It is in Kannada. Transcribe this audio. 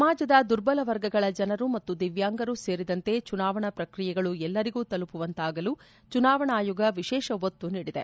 ಸಮಾಜದ ದುರ್ಬಲ ವರ್ಗಗಳ ಜನರು ಮತ್ತು ದಿವ್ಲಾಂಗರೂ ಸೇರಿದಂತೆ ಚುನಾವಣಾ ಪ್ರಕ್ರಿಯೆಗಳು ಎಲ್ಲರಿಗೂ ತಲುಪುವಂತಾಗಲು ಚುನಾವಣಾ ಆಯೋಗ ವಿಶೇಷ ಒತ್ತು ನೀಡಿದೆ